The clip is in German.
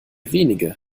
wenige